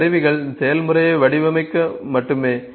இந்த கருவிகள் செயல்முறையை வடிவமைக்க மட்டுமே